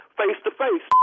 face-to-face